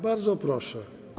Bardzo proszę.